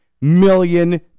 million